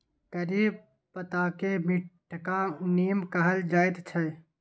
करी पत्ताकेँ मीठका नीम कहल जाइत छै